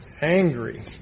angry